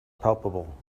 palpable